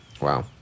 Wow